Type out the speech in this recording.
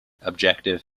objective